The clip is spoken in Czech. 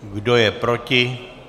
Kdo je proti?